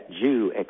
Jew